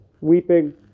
weeping